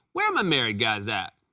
where are my married guys at?